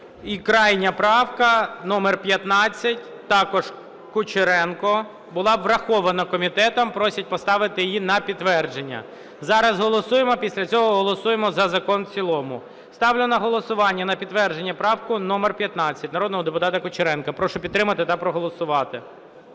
крайня правка номер 15, також Кучеренко. Була врахована комітетом. Просять поставити її на підтвердження. Зараз голосуємо, після цього голосуємо за закон в цілому. Ставлю на голосування на підтвердження правку номер 15 народного депутата Кучеренка. Прошу підтримати та проголосувати.